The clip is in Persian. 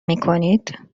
میکنید